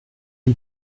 die